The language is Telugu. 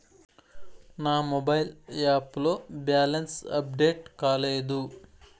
నా మొబైల్ యాప్ లో బ్యాలెన్స్ అప్డేట్ కాలేదు